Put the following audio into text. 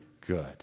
good